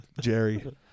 Jerry